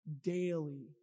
daily